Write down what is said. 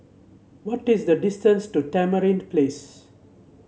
what is the distance to Tamarind Place